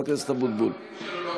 מזל שהחברים שלו